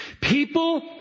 People